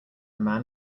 man